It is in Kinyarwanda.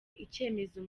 icyemezo